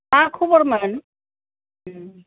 मा ख'बरमोन